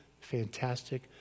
fantastic